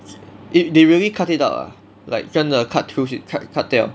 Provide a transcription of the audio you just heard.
they they really cut it out ah like 真的 cut 出去 cut cut 掉